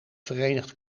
verenigd